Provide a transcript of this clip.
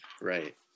right